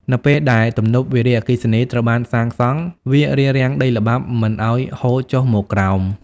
នៅពេលដែលទំនប់វារីអគ្គិសនីត្រូវបានសាងសង់ វារារាំងដីល្បាប់មិនឲ្យហូរចុះមកក្រោម។